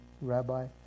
Rabbi